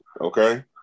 Okay